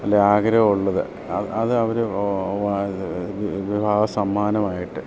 അല്ലേ ആഗ്രഹം ഉള്ളത് അത് അവർ വിവാഹ സമ്മാനമായിട്ട്